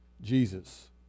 Jesus